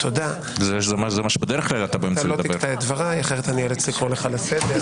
לא תקטע את דבריי אחרת אאלץ לקרוא לך לסדר.